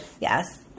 Yes